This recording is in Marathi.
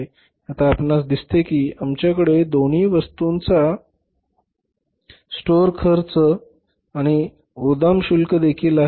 आता आपणास दिसते की आमच्याकडे दोन्ही वस्तूंचा स्टोअर खर्च आणि गोदाम शुल्क देखील आहे